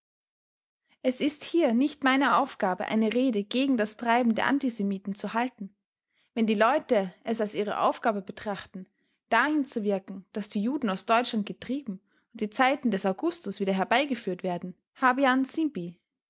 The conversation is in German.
es ist hier nicht meine aufgabe eine rede gegen das treiben der antisemiten zu halten wenn die leute es als ihre aufgabe betrachten dahin zu wirken daß die juden aus deutschland getrieben und die zeiten des augustus wieder herbeigeführt werden habeant sibi